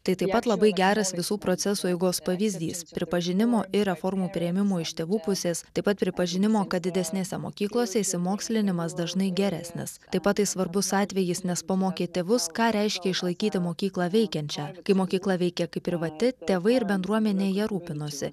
tai taip pat labai geras visų procesų eigos pavyzdys pripažinimo ir reformų priėmimo iš tėvų pusės taip pat pripažinimo kad didesnėse mokyklose išsimokslinimas dažnai geresnis taip pat tai svarbus atvejis nes pamokė tėvus ką reiškia išlaikyti mokyklą veikiančią kai mokykla veikė kaip privati tėvai ir bendruomenė ja rūpinosi